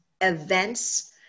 events